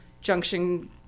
Junction